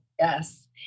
Yes